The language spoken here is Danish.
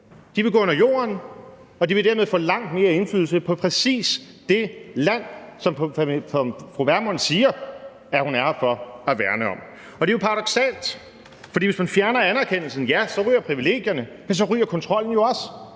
De vil gå under jorden, og de vil dermed få langt mere indflydelse på præcis det land, som fru Pernille Vermund siger hun er her for at værne om. Det er jo paradoksalt, for hvis man fjerner anerkendelsen, ryger privilegierne, men så ryger kontrollen jo også.